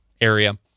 area